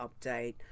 update